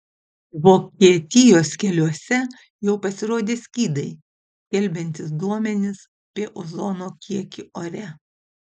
vokietijos keliuose jau pasirodė skydai skelbiantys duomenis apie ozono kiekį ore